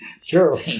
Sure